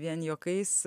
vien juokais